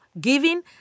giving